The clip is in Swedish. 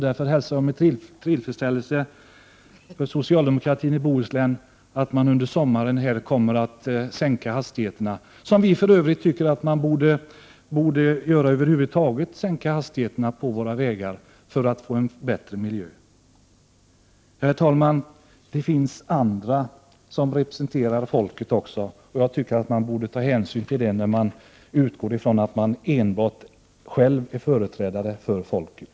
Därför hälsar jag tillsammans med socialdemokraterna i Bohuslän med tillfredsställelse att hastigheterna under sommaren kommer att sänkas, vilket vi för övrigt tycker att man borde göra över huvud taget. Vi borde sänka hastigheterna på våra vägar för att få en bättre miljö. Herr talman! Det finns andra som representerar folket också. Jag tycker att man borde ta hänsyn till det, när man utgår från att själv vara den ende företrädaren för folket.